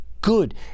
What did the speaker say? good